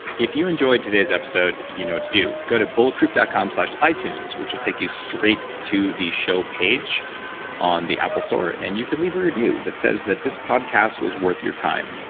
if you enjoyed today's episode, you know to do. go to bulletproof dot com slash itunes, which will take you straight to the show page on the apple store, and you can leave a review that says that this podcast was worth your time.